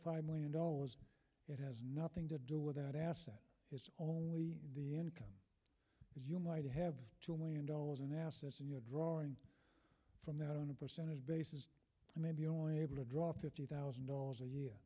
forty five million dollars it has nothing to do with that asset it's only the income as you might have two million dollars in assets and you're drawing from that on a percentage basis i may be only able to draw fifty thousand dollars a year